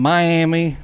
Miami